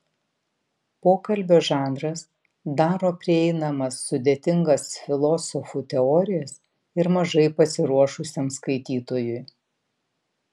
pokalbio žanras daro prieinamas sudėtingas filosofų teorijas ir mažai pasiruošusiam skaitytojui